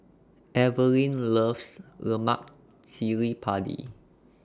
Evelin loves Lemak Cili Padi